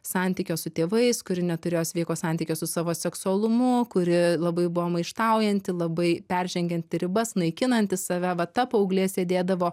santykio su tėvais kuri neturėjo sveiko santykio su savo seksualumu kuri labai buvo maištaujanti labai peržengianti ribas naikinanti save va ta paauglė sėdėdavo